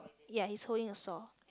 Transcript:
ya he's holding a saw